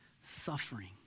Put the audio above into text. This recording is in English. Suffering